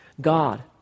God